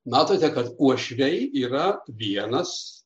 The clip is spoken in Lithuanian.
matote kad uošviai yra vienas